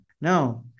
Now